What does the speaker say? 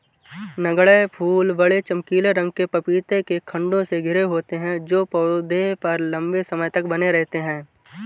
नगण्य फूल बड़े, चमकीले रंग के पपीते के खण्डों से घिरे होते हैं जो पौधे पर लंबे समय तक बने रहते हैं